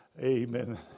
Amen